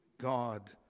God